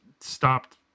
stopped